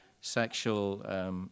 sexual